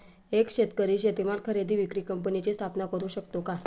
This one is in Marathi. एक शेतकरी शेतीमाल खरेदी विक्री कंपनीची स्थापना करु शकतो का?